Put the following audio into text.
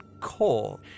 coal